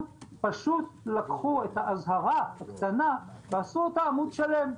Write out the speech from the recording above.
פשוט לקחו את האזהרה הקטנה ועשו אותה עמוד שלם,